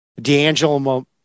D'Angelo